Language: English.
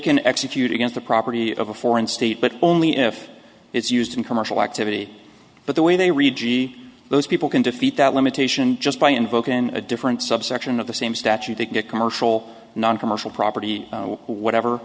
can execute against the property of a foreign state but only if it's used in commercial activity but the way they read g those people can defeat that limitation just by invoking a different subsection of the same statute to get commercial noncommercial property whatever